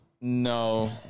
No